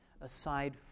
aside